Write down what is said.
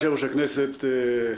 יושב-ראש הכנסת,